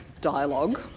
dialogue